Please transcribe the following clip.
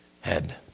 head